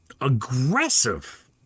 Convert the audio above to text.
aggressive